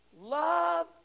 Love